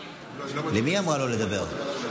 חברת הכנסת מיכל שיר סגמן, אינה נוכחת.